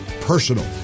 personal